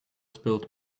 spilt